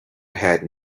had